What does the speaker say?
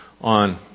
on